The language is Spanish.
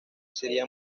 sería